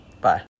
bye